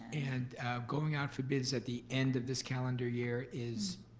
and going out for bids at the end of this calendar year is,